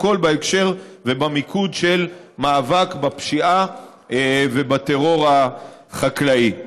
הכול בהקשר ובמיקוד של מאבק בפשיעה ובטרור החקלאי.